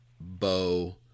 bow